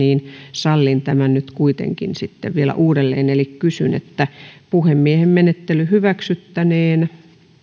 sallin tämän nyt kuitenkin vielä uudelleen eli kysyn puhemiehen menettely hyväksyttäneen